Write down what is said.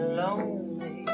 lonely